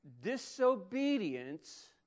disobedience